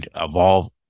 evolve